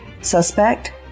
suspect